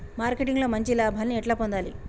Marketing లో మంచి లాభాల్ని ఎట్లా పొందాలి?